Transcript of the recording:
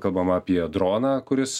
kalbama apie droną kuris